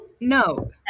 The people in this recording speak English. no